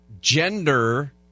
gender